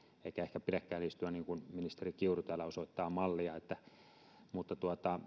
eikä ehkä pidäkään istua niin kuin ministeri kiuru täällä osoittaa mallia mutta